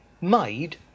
made